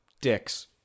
dicks